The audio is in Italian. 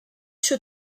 suo